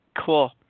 cool